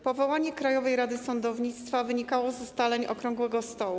Powołanie Krajowej Rady Sądownictwa wynikało z ustaleń okrągłego stołu.